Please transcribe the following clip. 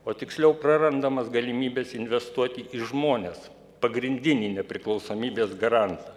o tiksliau prarandamas galimybes investuoti į žmones pagrindinį nepriklausomybės garantą